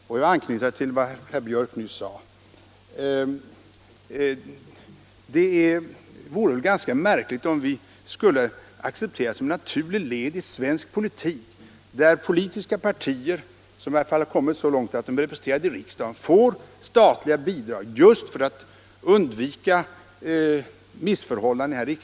Låt mig anknyta till vad herr Björck = redovisa penningbii Nässjö nyss sade. I svensk politik får åtminstone politiska partier som = drag, m.m. kommit så långt att de är representerade i riksdagen statliga bidrag just för att man skall undvika missförhållanden av detta slag.